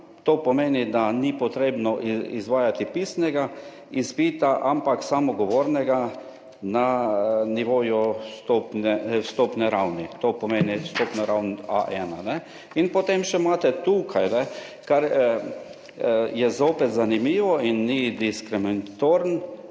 To pomeni, da ni potrebno izvajati pisnega izpita, ampak samogovornega na nivoju vstopne ravni, to pomeni vstopno raven A1. In potem še imate tukaj, kar je zopet zanimivo in ni diskriminatoren,